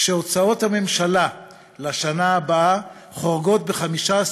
כשהוצאות הממשלה לשנה הבאה חורגות ב-15